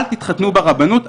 אל תתחתנו ברבנות,